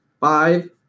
Five